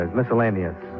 miscellaneous